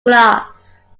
glass